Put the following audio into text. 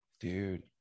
Dude